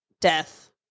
death